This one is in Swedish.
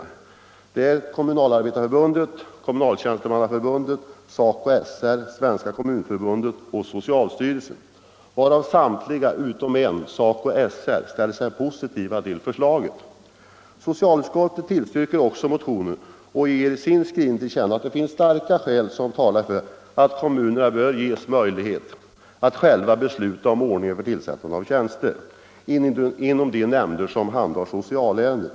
Det är Kommunalarbetareförbundet, Kommunaltjänstemannaförbundet, SACO SR, ställer sig positiva till förslaget. Socialutskottet tillstyrker också motionen och ger i sin skrivning till känna att starka skäl talar för att kommunerna bör ges möjligheter att själva besluta om ordningen även för tillsättande av tjänster inom de nämnder som handhar socialärenden.